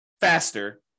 faster